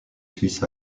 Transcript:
suisses